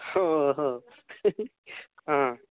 हो हो हा